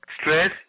Stress